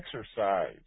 exercise